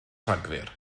rhagfyr